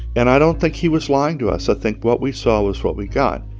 and i don't think he was lying to us. i think what we saw was what we got.